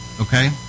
Okay